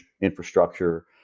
infrastructure